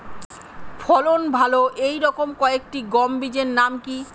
ফলন ভালো এই রকম কয়েকটি গম বীজের নাম কি?